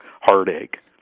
heartache